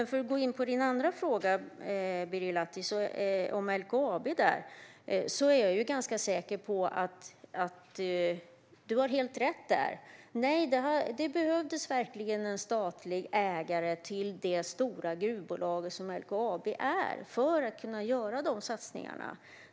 För att gå in på din andra fråga, Birger Lahti, om LKAB har du helt rätt. Det behövdes verkligen en statlig ägare till det stora gruvbolag som LKAB är för att kunna göra de satsningarna.